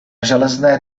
železné